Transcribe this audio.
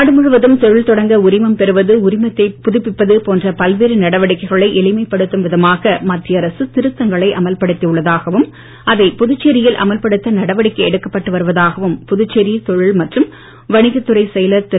நாடு முழுவதும் தொழில் தொடங்க உரிமம் பெறுவது உரிமத்தை புதுப்பிப்பது போன்ற பல்வேறு நடவடிக்கைகளை எளிமைப்படுத்தும் விதமாக மத்திய அரசு திருத்தங்களை அமல்படுத்தி உள்ளதாகவும் அதை புதுச்சேரியில் அமல்படுத்த நடவடிக்கை எடுக்கப்பட்டு வருவதாகவும் புதுச்சேரி தொழில் மற்றும் வணித் துறை செயலர் திரு